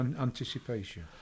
anticipation